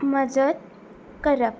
मजत करप